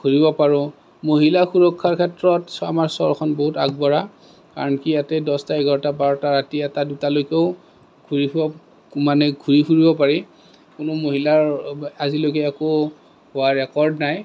ঘূৰিব পাৰোঁ মহিলা সুৰক্ষাৰ ক্ষেত্ৰত আমাৰ চহৰখন বহুত আগবঢ়া কাৰণ কি ইয়াতে দহটা এঘাৰটা বাৰটা ৰাতি এটা দুটালৈকেও ঘূৰি ফুৰিব মানে ঘূৰি ফুৰিব পাৰি কোনো মহিলাৰ আজিলৈকে একো হোৱাৰ ৰেকৰ্ড নাই